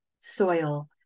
soil